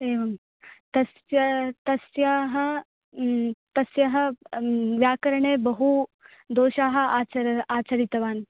एवं तस्य तस्याः तस्याः व्याकरणे बहु दोषाः आचर् आचरितवान्